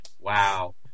Wow